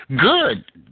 good